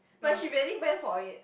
but she really went for it